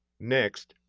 next,